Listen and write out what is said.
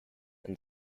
and